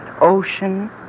ocean